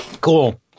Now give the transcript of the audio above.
Cool